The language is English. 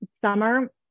summer